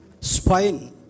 Spine